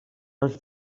els